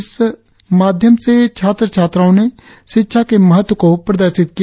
इस माध्य्म से छात्र छात्राओं ने शिक्षा के महत्व को प्रदर्शित किया